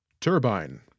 Turbine